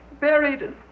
buried